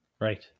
Right